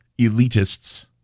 elitists